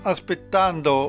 Aspettando